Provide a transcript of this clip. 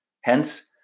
Hence